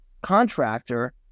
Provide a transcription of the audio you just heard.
contractor